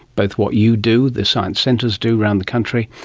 both what you do, the science centres do around the country,